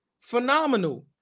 Phenomenal